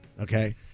Okay